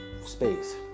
space